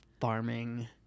farming